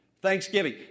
Thanksgiving